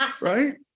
right